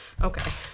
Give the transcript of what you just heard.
Okay